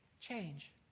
change